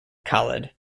khalid